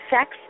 sex